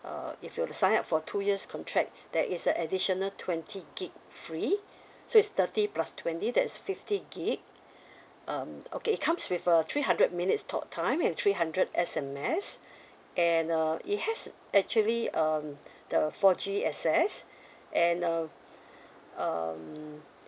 uh if you want to sign up for two years contract there is a additional twenty gigabyte free so it's thirty plus twenty that's fifty gigabyte um okay it comes with a three hundred minutes talk time and three hundred S_M_S and uh it has actually um the four G access and uh um